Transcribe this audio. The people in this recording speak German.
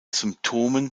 symptomen